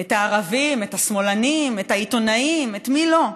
את הערבים, את השמאלנים, את העיתונאים, את מי לא?